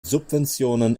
subventionen